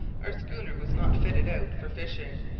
our schooner was not fitted out for fishing,